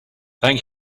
thank